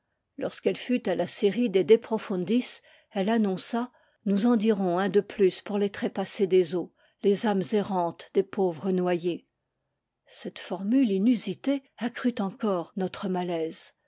lorsqu'elle fut à la série des de profundis elle annonça nous en dirons un de plus pour les trépassés des eaux les âmes errantes des pauvres noyés cette formule inusitée accrut encore notre malaise